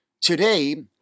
today